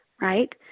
Right